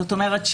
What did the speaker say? זאת אומרת,